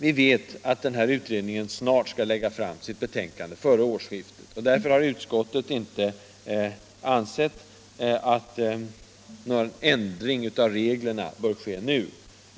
Vi vet att den här utredningen skall lägga fram sitt betänkande före årsskiftet. Därför har utskottet inte ansett att någon ändring av reglerna bör göras nu.